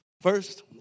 First